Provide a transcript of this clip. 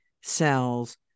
cells